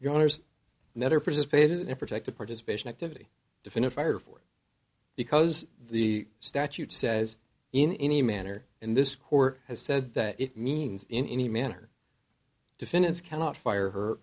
your owners never participated in protected participation activity definit fire for because the statute says in any manner and this court has said that it means in any manner defendants cannot fire her